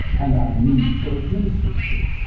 and our needs are administered to.